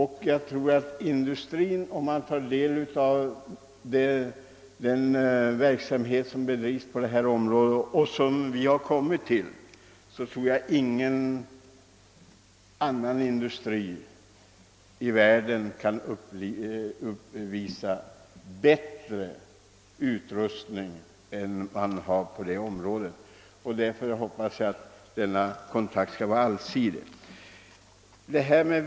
Jag tror inte någon annan industri i världen har bättre utrustning än den svenska. Därför hoppas jag att denna kontakt skall bli allsidig.